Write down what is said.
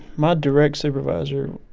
my direct supervisor.